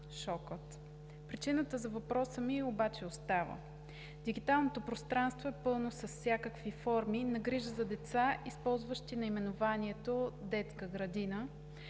шока. Причината за въпроса ми обаче остава. Дигиталното пространство е пълно с всякакви форми на грижа за деца, използващи наименованието „детска градина“,